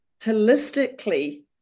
holistically